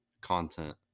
content